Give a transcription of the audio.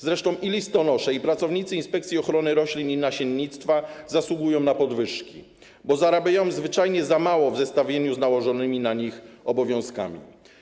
Zresztą i listonosze, i pracownicy inspekcji ochrony roślin i nasiennictwa zasługują na podwyżki, bo zarabiają zwyczajnie za mało w zestawieniu z nałożonymi na nich obowiązkami.